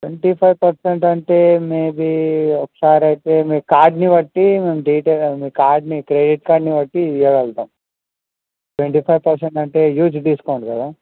twenty five percent అంటే maybe ఒకసారి అయితే మీ కార్డ్ని బట్టి మేము డీటెయిల్ మీ కార్డ్ని మీ క్రెడిట్ కార్డ్ని బట్టి ఇవ్వగలుగుతాం ట్వంటీ ఫైవ్ పర్సెంట్ అంటే హ్యుజ్ డిస్కౌంట్ కదా